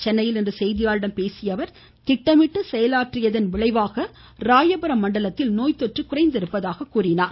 சென்னையில் இன்று செய்தியாளர்களிடம் பேசிய அவர் திட்டமிட்டு செயலாற்றியதன் விளைவாக ராயபுரம் மண்டலத்தில் நோய்த்தொற்று குறைந்ததாக குறிப்பிட்டார்